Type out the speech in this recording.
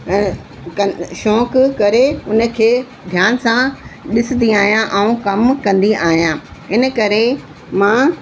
कर कर शौक़ु करे उन खे ध्यान सां ॾिसंदी आहियां ऐं कमु कंदी आहियां इनकरे मां